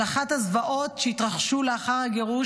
על אחת הזוועות שהתרחשו לאחר הגירוש